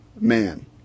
man